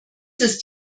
ist